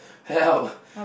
help